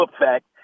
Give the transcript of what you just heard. effect